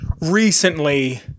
recently